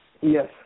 Yes